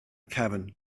cefn